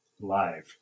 live